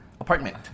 apartment